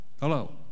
Hello